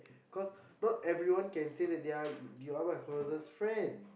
cause not everyone can say that you are my closest friend